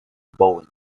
bowling